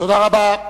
תודה רבה.